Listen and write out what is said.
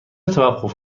توقف